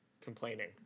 complaining